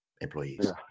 employees